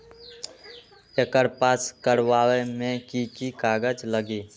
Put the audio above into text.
एकर पास करवावे मे की की कागज लगी?